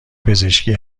پزشکی